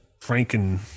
Franken